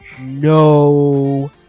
no